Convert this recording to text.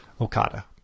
Okada